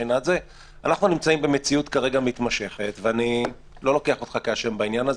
אנחנו נמצאים במציאות מתמשכת ואני לא מאשים אותך בעניין הזה,